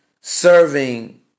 serving